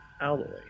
alloy